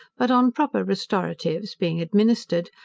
but on proper restoratives being administered,